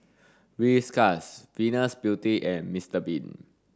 Whiskas Venus Beauty and Mister bean